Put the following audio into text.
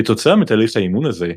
כתוצאה מתהליך האימון הזה,